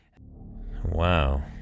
wow